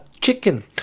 chicken